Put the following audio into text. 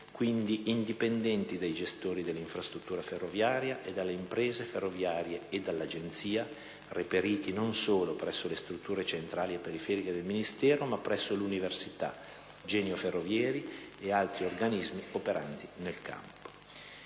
(quindi indipendenti dai gestori dell'infrastruttura ferroviaria, dalle imprese ferroviarie e dall'Agenzia), reperiti non solo presso le strutture centrali e periferiche del Ministero, ma anche presso università, genio ferrovieri e altri organismi operanti nel campo.